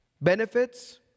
benefits